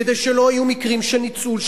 כדי שלא יהיו מקרים של ניצול,